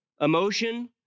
emotion